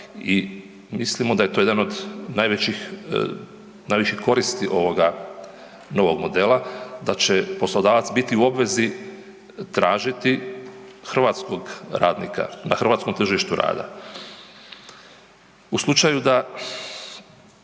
i mislimo da je to jedan od najvećih, najveće koristi ovoga modela da će poslodavac biti u obvezi tražiti hrvatskog radnika na hrvatskom tržištu rada. U slučaju da